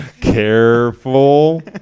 Careful